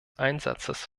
einsatzes